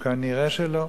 נראה שלא,